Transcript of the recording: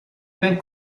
ben